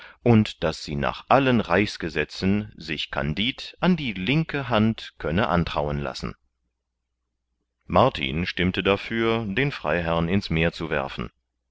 und daß sie nach alen reichsgesetzen sich kandid an die linke hand könne antrauen lassen martin stimmte dafür den freiherrn ins meer zu werfen